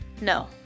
No